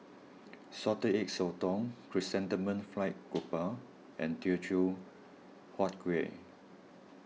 Salted Egg Sotong Chrysanthemum Fried Grouper and Teochew Huat Kuih